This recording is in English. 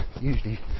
usually